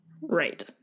Right